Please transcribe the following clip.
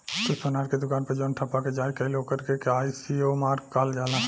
तू सोनार के दुकान मे जवन ठप्पा के जाँच कईल ओकर के आई.एस.ओ मार्क कहल जाला